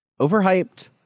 Overhyped